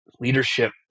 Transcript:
leadership